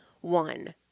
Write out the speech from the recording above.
one